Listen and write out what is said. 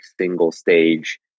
single-stage